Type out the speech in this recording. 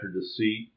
deceit